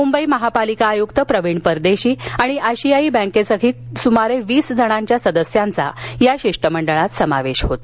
सुंबई महापालिका आयुक्त प्रवीण परदेशी आणि आशायाई बेंकेसहित सुमारे वीस जणांच्या सदस्यांचा या शिष्टमंडळात समावेश होता